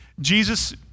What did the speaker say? Jesus